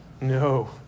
No